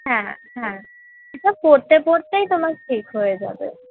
হ্যাঁ হ্যাঁ ওটা পড়তে পড়তেই তোমার ঠিক হয়ে যাবে